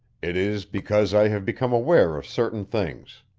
it is because i have become aware of certain things.